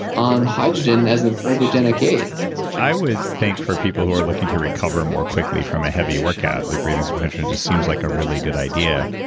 on hydrogen as an ergogenic aid i would think for people who are looking to recover more quickly from a heavy workout like breathing some hydrogen just seems like a really good idea.